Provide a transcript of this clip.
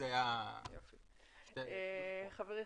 חברתי